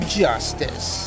justice